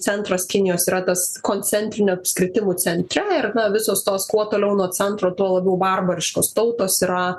centras kinijos yra tas koncentrinių apskritimų centrine ir visos tos kuo toliau nuo centro tuo labiau barbariškos tautos yra